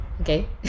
okay